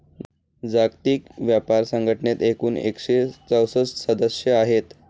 जागतिक व्यापार संघटनेत एकूण एकशे चौसष्ट सदस्य आहेत